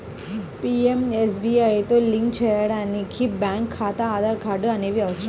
పీయంఎస్బీఐతో లింక్ చేయడానికి బ్యేంకు ఖాతా, ఆధార్ కార్డ్ అనేవి అవసరం